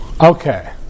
Okay